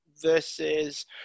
versus